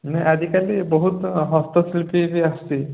ନାଇଁ ଆଜିକାଲି ବହୁତ ହସ୍ତଶିଳ୍ପୀ ବି ଆସୁଛି